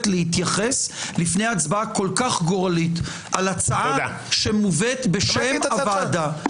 להתייחס לפני הצבעה כל כך גורלית על הצעה שמובאת בשם הוועדה,